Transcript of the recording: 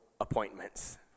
appointments